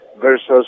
versus